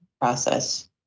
process